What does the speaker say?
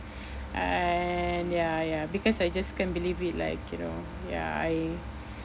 I and ya ya because I just can't believe it like you know ya I